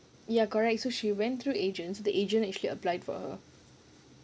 ya correct so she went through agent the agent actually applied for her